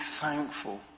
thankful